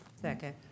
Second